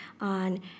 on